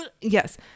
Yes